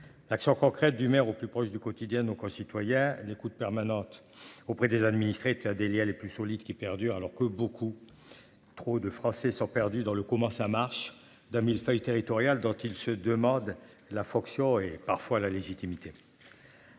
Action concrète du maire au plus proche du quotidien de nos concitoyens à l'écoute permanente auprès des administrés qu'les plus solides qui perdure, alors que beaucoup. Trop de Français sont perdus dans le, comment ça marche d'un mille-feuille territorial dont ils se demandent la fonction et parfois la légitimité.